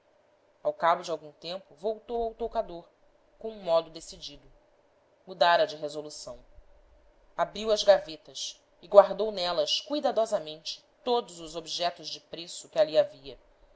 ao cabo de algum tempo voltou ao toucador com um modo decidido mudara de resolução abriu as gavetas e guardou nelas cuidadosamente todos os objetos de preço que ali havia